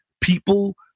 people